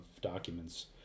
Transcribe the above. documents